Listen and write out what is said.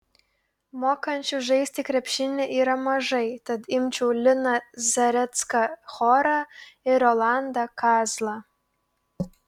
mokančių žaisti krepšinį yra mažai tad imčiau liną zarecką chorą ir rolandą kazlą